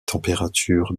températures